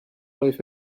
loaf